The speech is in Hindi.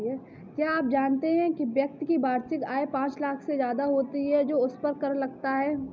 क्या आप जानते है व्यक्ति की वार्षिक आय पांच लाख से ज़्यादा होती है तो उसपर कर लगता है?